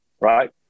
right